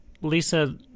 Lisa